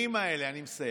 העוגנים האלה, אני מסיים,